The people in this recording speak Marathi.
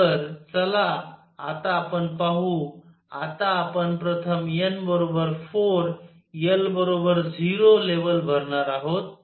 तर चला आता आपण पाहू आता आपण प्रथम n 4 l 0 लेवल भरणार आहोत